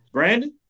Brandon